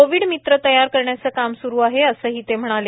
Covid मित्र तयार करण्याचे काम सुरू आहे असेही ते म्हणाले